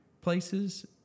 places